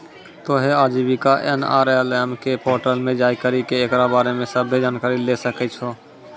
तोहें आजीविका एन.आर.एल.एम के पोर्टल पे जाय करि के एकरा बारे मे सभ्भे जानकारी लै सकै छो